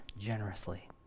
generously